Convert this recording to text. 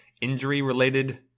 injury-related